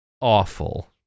awful